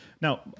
Now